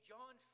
John